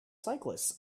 cyclists